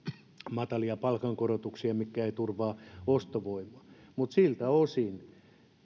matalia palkankorotuksia mitkä eivät turvaa ostovoimaa siltä osin